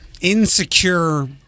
insecure